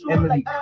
Emily